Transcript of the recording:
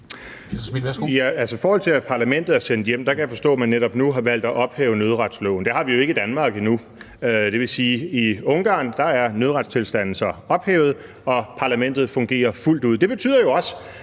I forhold til at parlamentet er sendt hjem, kan jeg forstå, at man netop nu har valgt at ophæve nødretsloven. Det har vi jo ikke i Danmark endnu. Det vil sige, at i Ungarn er nødretstilstanden ophævet og parlamentet fungerer fuldt ud. Det betyder jo også,